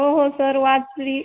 हो हो सर वाचली